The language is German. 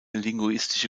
linguistische